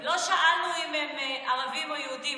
לא שאלנו אם הם ערבים או יהודים.